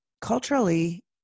culturally